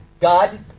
God